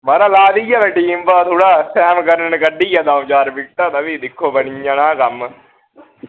महाराज ला दी ऐ मैं टीम बा थोह्ड़ा सैम करन कड्ढी गेआ द'उं चार बिक्टां ते फ्ही दिक्खो बनी जाना कम्म